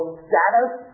status